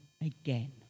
again